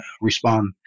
respond